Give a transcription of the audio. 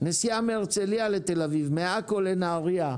נסיעה מהרצליה לתל אביב, מעכו לנהריה,